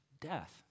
death